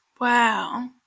Wow